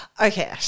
okay